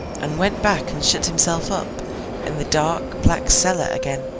and went back and shut himself up in the dark, black cellar again,